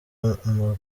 amatungo